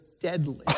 deadly